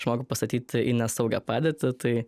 žmogų pastatyti į nesaugią padėtį tai